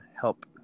help